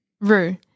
Rue